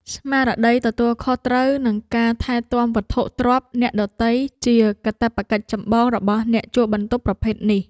ស្មារតីទទួលខុសត្រូវនិងការថែទាំវត្ថុទ្រព្យអ្នកដទៃជាកាតព្វកិច្ចចម្បងរបស់អ្នកជួលបន្ទប់ប្រភេទនេះ។